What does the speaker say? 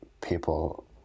people